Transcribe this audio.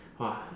!wah!